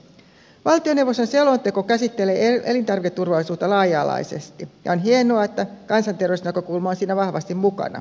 valtioneuvoston selonteko käsittelee elintarviketurvallisuutta laaja alaisesti ja on hienoa että kansanterveysnäkökulma on siinä vahvasti mukana